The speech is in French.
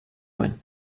loin